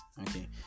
Okay